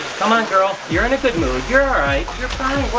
come on girl, you're in a good mood, you're alright, you're fine, we're